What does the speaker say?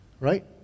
Right